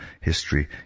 history